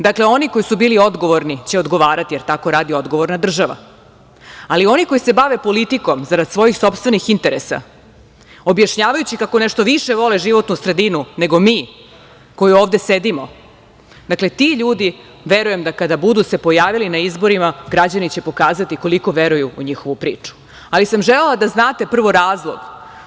Dakle, oni koji su bili odgovorni će odgovarati, jer tako radi odgovorna država, ali oni koji se bave politikom zarad svojih sopstvenih interesa, objašnjavajući kako nešto više vole životnu sredinu, nego mi koji ovde sedimo, dakle ti ljudi verujem da kada budu se pojavili na izborima građani će pokazati koliko veruju u njihovu priču, ali sam želela da znate prvo razlog.